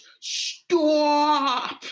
stop